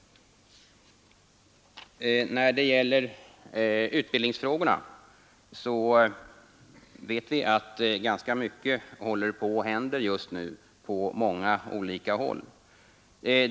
När det gäller utbildningsfrågorna vet vi att ganska mycket just nu håller på att hända på många olika håll.